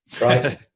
right